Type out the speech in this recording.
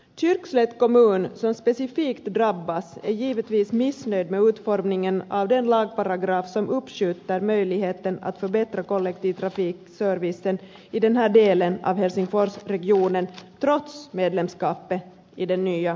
kyrkslätt kommun som specifikt drabbas är givetvis missnöjd med utformningen av den lagparagraf som uppskjuter möjligheten att förbättra kollektivtrafikservicen i den här delen av helsingforsregionen trots medlemskapet i den nya samkommunen